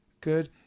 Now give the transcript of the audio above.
good